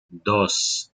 dos